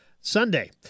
Sunday